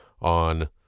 on